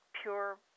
pure